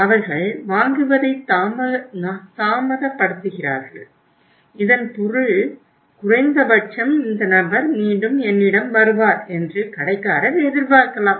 அவர்கள் வாங்குவதை தாமதப்படுத்துகிறார்கள் இதன் பொருள் குறைந்தபட்சம் இந்த நபர் மீண்டும் என்னிடம் வருவார் என்று கடைக்காரர் எதிர்பார்க்கலாம்